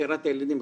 מכירת הילדים,